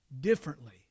differently